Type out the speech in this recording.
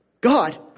God